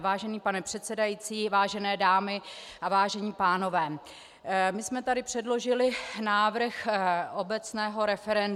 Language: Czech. Vážený pane předsedající, vážené dámy a vážení pánové, my jsme tady předložili návrh obecného referenda.